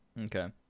Okay